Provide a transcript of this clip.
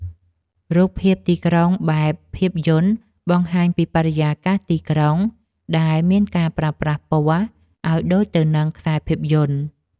រូបភាពទីក្រុងបែបភាពយន្ត បង្ហាញពីបរិយាកាសទីក្រុងដែលមានការប្រើប្រាស់ពណ៌ ឱ្យដូចទៅនឹងខ្សែភាពយន្ត។